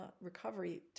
recovery